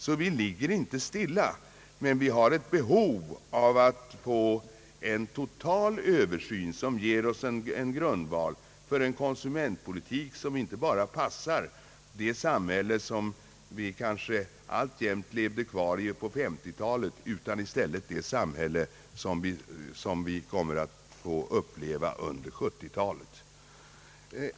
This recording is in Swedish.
Vi står alltså inte stilla, men vi har ett behov av att få en total översyn, som ger oss en grundval för en konsumentpolitik som inte bara passade för 1950-talets samhälle utan i stället för det samhälle som vi får leva i under 1970-talet.